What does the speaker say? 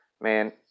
man